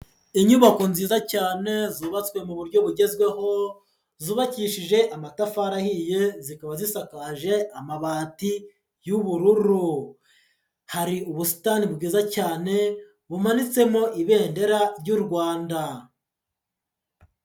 Inyubako nziza cyane zubatswe mu buryo bugezweho, zubakishije amatafari ahiye, zikaba zisakaje amabati y'ubururu, hari ubusitani bwiza cyane bumanitsemo ibendera ry'u Rwanda.